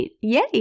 Yay